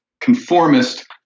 conformist